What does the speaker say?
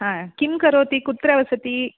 हा किं करोति कुत्र वसति